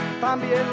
también